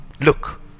look